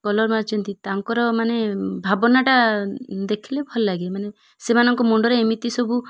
colour ମାରିଛନ୍ତି ତାଙ୍କର ମାନେ ଭାବନାଟା ଦେଖିଲେ ଭଲ ଲାଗେ ମାନେ ସେମାନଙ୍କ ମୁଣ୍ଡରେ ଏମିତି ସବୁ